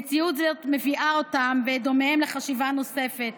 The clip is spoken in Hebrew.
מציאות זו מביאה אותם ואת דומיהם לחשיבה נוספת,